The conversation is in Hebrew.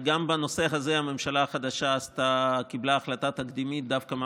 וגם בנושא הזה הממשלה החדשה קיבלה החלטה תקדימית דווקא,